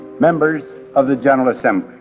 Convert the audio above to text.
members of the general assembly,